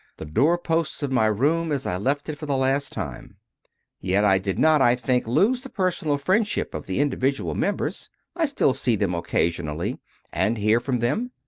the doorposts of my room as i left it for the last time yet i did not, i think, lose the personal friendship of the individual mem bers i still see them occasionally and hear from them.